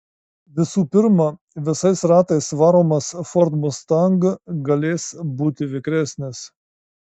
visų pirma visais ratais varomas ford mustang galės būti vikresnis